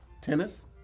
tennis